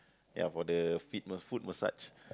ya for the feet ma~ foot massage